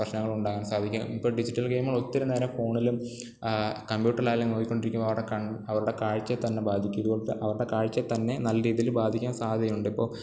പ്രശ്നങ്ങളുണ്ടാകാൻ സാധിക്കും ഇപ്പം ഡിജിറ്റൽ ഗെയിമുകളൊത്തിരി നേരം ഫോണിലും കമ്പ്യൂട്ടറിലായാലും നോക്കിക്കൊണ്ടിരിക്കുമ്പം അവരുടെ കൺ അവരുടെ കാഴ്ച്ചയിൽത്തന്നെ ബാധിക്കും ഇതൊക്കെ അവരുടെ കാഴ്ച്ചയിൽത്തന്നെ നല്ല രീതിയിൽ ബാധിക്കാൻ സാധ്യതയുണ്ട് ഇപ്പോൾ